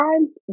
times